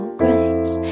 grace